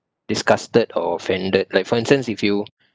disgusted or offended like for instance if you